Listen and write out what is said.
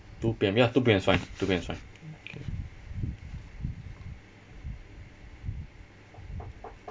two P_M ya two P_M is fine two P_M is fine